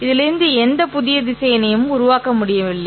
இதிலிருந்து எந்த புதிய திசையனையும் உருவாக்க முடியவில்லை